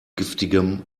giftigem